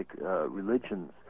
religions